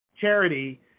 charity